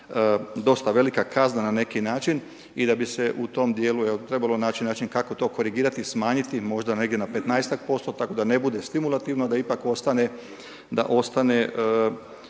5 g. dosta velika kazna na neki način i da bi se u tom djelu trebalo naći način kako to korigirati, smanjiti možda negdje na 15-ak posto tako da ne bude stimulativno tako da ne